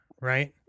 right